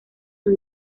sus